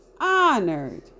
honored